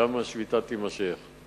גם אם השביתה תימשך.